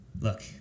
Look